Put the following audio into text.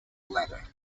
bladder